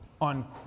on